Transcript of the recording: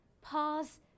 Pause